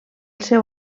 seu